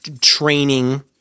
training